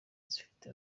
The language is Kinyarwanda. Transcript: zifite